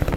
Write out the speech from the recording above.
ש...